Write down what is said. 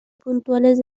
puntuales